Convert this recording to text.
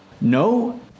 No